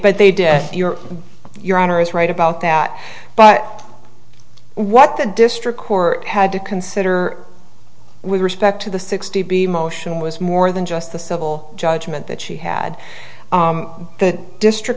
but they did your your honor is right about that but what the district court had to consider with respect to the sixty b motion was more than just the civil judgment that she had the district